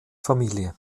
familie